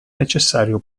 necessario